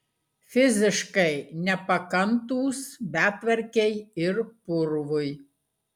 fiziškai nepakantūs betvarkei ir purvui